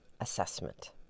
assessment